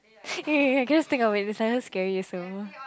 eh I just think of it it sounded scary also